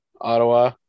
Ottawa